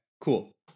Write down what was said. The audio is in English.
cool